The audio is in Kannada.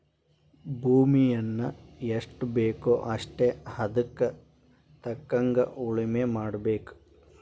ಭೂಮಿಯನ್ನಾ ಎಷ್ಟಬೇಕೋ ಅಷ್ಟೇ ಹದಕ್ಕ ತಕ್ಕಂಗ ಉಳುಮೆ ಮಾಡಬೇಕ